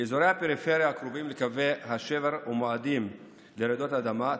באזורי הפריפריה הקרובים לקווי השבר ומועדים לרעידות אדמה,